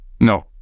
no